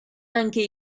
anche